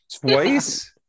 twice